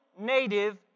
native